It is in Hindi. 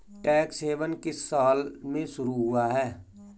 टैक्स हेवन किस साल में शुरू हुआ है?